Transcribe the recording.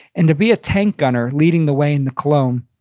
and to be a tank gunner leading the way into cologne,